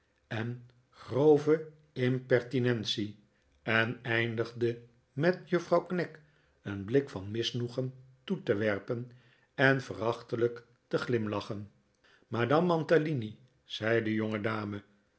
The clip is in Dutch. en grove impertinentie en eindigde met juffrouw knag een blik van misnoegen toe te werpen en verachtelijk te glimlachen madame mantalini zei de